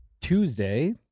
Tuesday